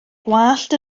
gwallt